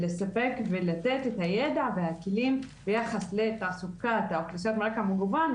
ולספק ולתת את הידע והכלים ביחס לתעסוקת האוכלוסיות מרקע מגוון,